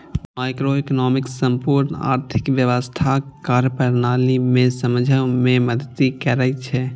microeconomics संपूर्ण आर्थिक व्यवस्थाक कार्यप्रणाली कें समझै मे मदति करै छै